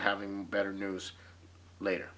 to having better news later